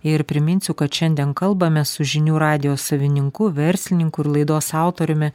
ir priminsiu kad šiandien kalbamės su žinių radijo savininku verslininku ir laidos autoriumi